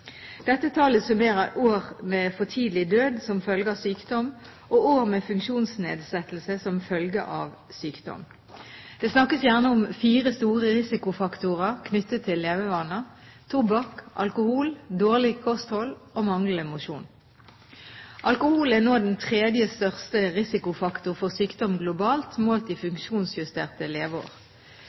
Dette tallet summerer år med for tidlig død som følge av sykdom og år med funksjonsnedsettelse som følge av sykdom. Det snakkes gjerne om fire store risikofaktorer knyttet til levevaner: tobakk, alkohol, dårlig kosthold og manglende mosjon. Alkohol er nå den tredje største risikofaktor for sykdom globalt, målt i funksjonsjusterte